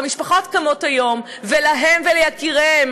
והמשפחות קמות היום ולהן וליקיריהן